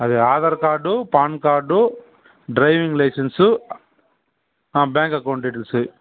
అది Aadhaar card PAN card driving licence ఆ bank account details